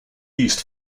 east